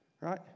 right